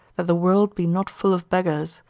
that the world be not full of beggars,